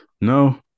No